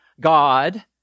God